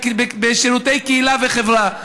בשירותי קהילה וחברה.